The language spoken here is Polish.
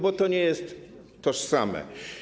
Bo to nie jest tożsame.